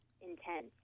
intense